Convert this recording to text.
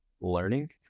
learning